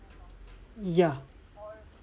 ya